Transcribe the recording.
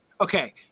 Okay